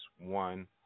one